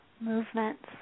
movements